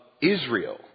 Israel